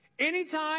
Anytime